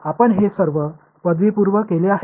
तर आपण हे सर्व पदवीपूर्व केले आहे